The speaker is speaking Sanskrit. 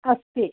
अस्ति